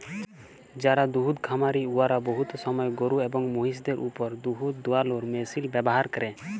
যারা দুহুদ খামারি উয়ারা বহুত সময় গরু এবং মহিষদের উপর দুহুদ দুয়ালোর মেশিল ব্যাভার ক্যরে